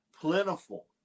plentiful